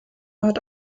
ort